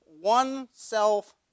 oneself